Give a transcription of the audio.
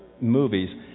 movies